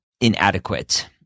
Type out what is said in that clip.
inadequate